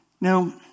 Now